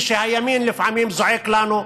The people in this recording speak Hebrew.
הימין לפעמים זועק לנו: